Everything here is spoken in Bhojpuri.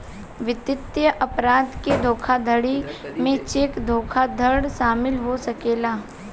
वित्तीय अपराध के धोखाधड़ी में चेक धोखाधड़ शामिल हो सकेला